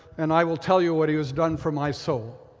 and i will tell you what he has done for my soul.